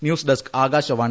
news desk Akashvani